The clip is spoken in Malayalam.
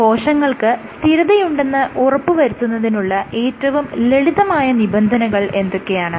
കോശങ്ങൾക്ക് സ്ഥിരതയുണ്ടെന്ന് ഉറപ്പുവരുത്തുന്നതിനുള്ള ഏറ്റവും ലളിതമായ നിബന്ധനകൾ എന്തൊക്കെയാണ്